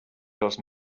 pels